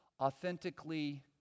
authentically